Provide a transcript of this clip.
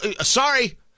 sorry